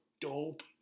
dope